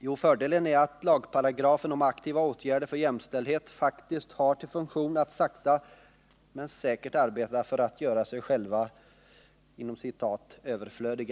Jo, fördelen är att lagparagrafen om aktiva åtgärder för jämställdhet faktiskt har till funktion att sakta men säkert arbeta för att göra sig själv ”överflödig”.